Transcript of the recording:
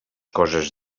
coses